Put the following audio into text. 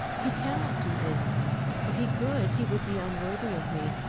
he cannot do this if he could he would be unworthy of me,